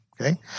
okay